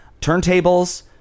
turntables